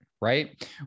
right